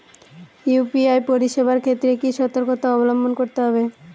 UPI পরিসেবার ক্ষেত্রে কি সতর্কতা অবলম্বন করতে হবে?